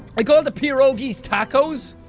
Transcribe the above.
i called the pirogi's tacos,